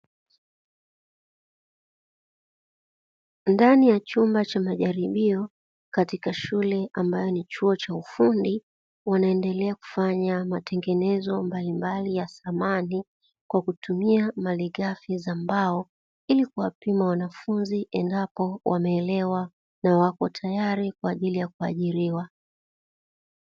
Ndani ya chumba cha majaribio katika shule ambayo ni chuo cha ufundi, wanaendelea kufanya matengenezo mbalimbali ya samani kwa kutumia malighafi za mbao ili kuwapima wanafunzi endapo wameelewa na wapo tayari kwa ajili ya kuajiriwa.